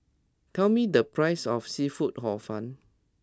tell me the price of Seafood Hor Fun